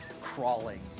crawling